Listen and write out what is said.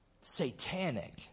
satanic